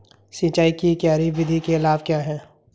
सिंचाई की क्यारी विधि के लाभ क्या हैं?